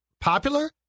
popular